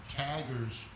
taggers